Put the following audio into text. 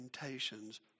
temptations